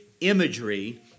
imagery